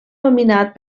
dominat